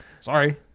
sorry